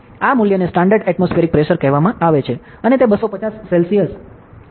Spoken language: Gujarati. આ મૂલ્યને સ્ટાન્ડર્ડ એટમોસ્ફિએરિક પ્રેશર કહેવામાં આવે છે અને તે 250 સેલ્સિયસ છે